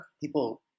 people